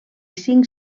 cinc